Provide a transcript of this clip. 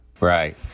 Right